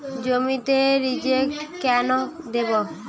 জমিতে রিজেন্ট কেন দেবো?